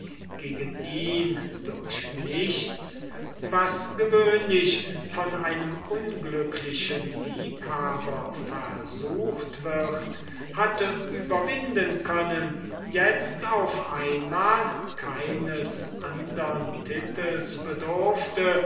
gegen ihn durch nichts was jemals von einem unglücklichen liebhaber versucht worden hatte überwinden können itzt auf einmal keines andern titels bedurfte